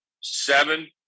seven